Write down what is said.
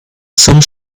some